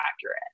accurate